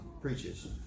preaches